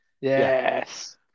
Yes